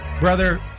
Brother